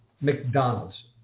McDonald's